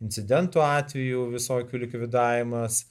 incidentų atvejų visokių likvidavimas